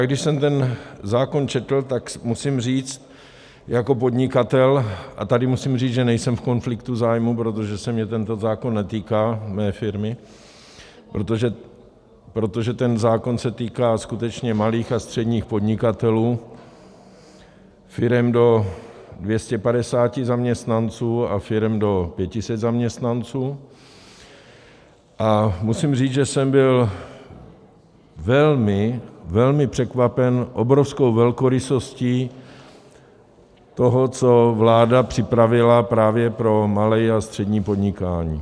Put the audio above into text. Když jsem ten zákon četl, tak musím říct jako podnikatel a tady musím říct, že nejsem v konfliktu zájmů, protože se mě, mé firmy, tento zákon netýká, protože ten zákon se týká skutečně malých a středních podnikatelů, firem do 250 zaměstnanců a firem do 500 zaměstnanců musím říct, že jsem byl velmi, velmi překvapen obrovskou velkorysostí toho, co vláda připravila právě pro malé a střední podnikání.